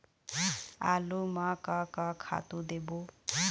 आलू म का का खातू देबो?